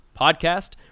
podcast